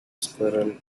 squirrel